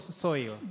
soil